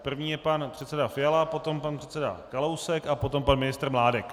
První je pan předseda Fiala, potom pan předseda Kalousek a potom pan ministr Mládek.